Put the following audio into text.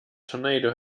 tornado